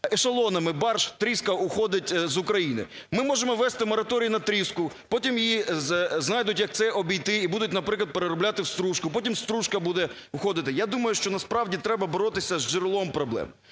ешелонами барж тріска уходить з України. Ми можемо ввести мораторій на тріску, потім її знайдуть як це обійти і будуть, наприклад, переробляти в стружку, потім стружка буде уходити. Я думаю, що насправді треба боротися з джерелом проблем,